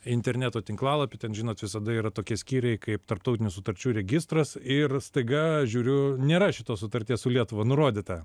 interneto tinklalapį ten žinot visada yra tokie skyriai kaip tarptautinių sutarčių registras ir staiga žiūriu nėra šitos sutarties su lietuva nurodyta